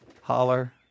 holler